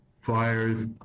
flyers